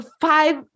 five